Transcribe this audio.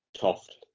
Toft